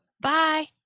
Bye